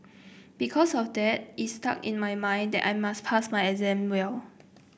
because of that it stuck in my mind that I must pass my exam well